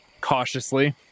cautiously